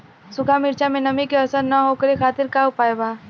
सूखा मिर्चा में नमी के असर न हो ओकरे खातीर का उपाय बा?